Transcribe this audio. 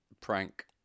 prank